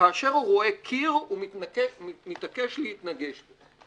כאשר הוא רואה קיר, הוא מתעקש להתנגש בו.